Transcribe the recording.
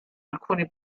alcuni